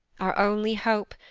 our only hope,